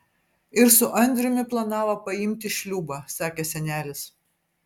ir su andriumi planavo paimti šliūbą sakė senelis